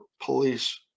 police